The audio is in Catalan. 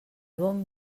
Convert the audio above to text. bon